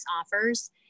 offers